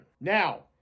Now